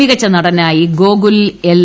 മികച്ച നടനായി ഗോകുൽ എൽ